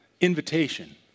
Invitation